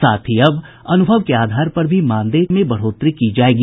साथ ही अब अनुभव के आधार पर भी मानदेय में बढ़ोतरी की जायेगी